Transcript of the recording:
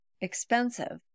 expensive